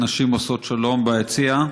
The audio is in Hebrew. נשים עושות שלום ביציע,